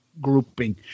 Grouping